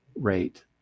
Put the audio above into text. rate